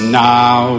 now